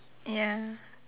ya